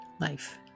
life